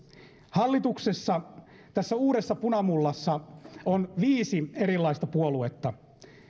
hallituksessa tässä uudessa punamullassa on viisi erilaista puoluetta